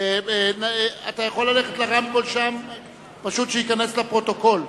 אתה יכול ללכת לרמקול כדי שייכנס לפרוטוקול.